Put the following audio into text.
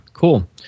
Cool